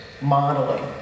modeling